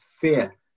fear